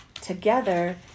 together